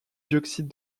dioxyde